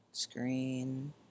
screen